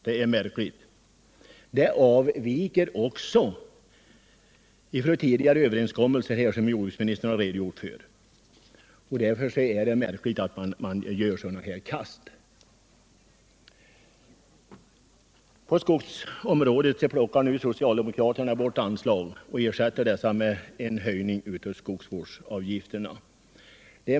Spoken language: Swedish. Detta skulle avvika från tidigare överenskommelser, vilket jordbruksministern har redogjort för. Därför är det märkligt att man gör sådana kast. På skogsområdet plockar nu socialdemokraterna bort anslag och ersätter dem med en höjning av skogsvårdsavgifterna.